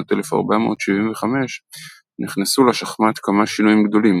שנת 1475 נכנסו לשחמט כמה שינויים גדולים